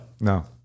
No